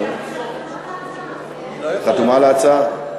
את חתומה על ההצעה?